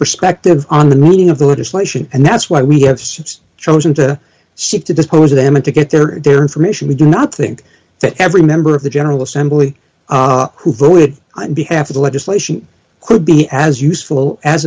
perspective on the new meaning of the legislation and that's why we have since chosen to seek to dispose of them and to get their their information we do not think that every member of the general assembly who voted on behalf of the legislation could be as useful as